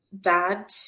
dad